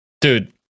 dude